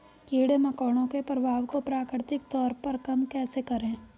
कीड़े मकोड़ों के प्रभाव को प्राकृतिक तौर पर कम कैसे करें?